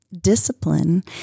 discipline